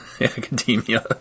academia